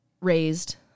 raised